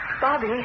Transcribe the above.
Bobby